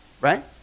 right